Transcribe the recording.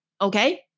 Okay